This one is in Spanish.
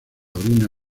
orina